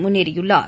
முன்னேறியுள்ளார்